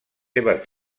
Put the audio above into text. seves